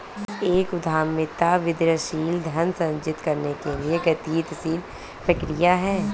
एक उद्यमिता वृद्धिशील धन सृजित करने की गतिशील प्रक्रिया है